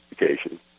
education